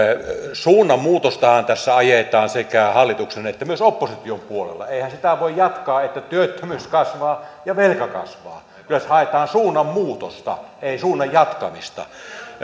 suunnanmuutostahan tässä ajetaan sekä hallituksen että myös opposition puolella eihän sitä voi jatkaa että työttömyys kasvaa ja velka kasvaa kyllä tässä haetaan suunnan muutosta ei suunnan jatkamista